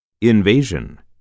Invasion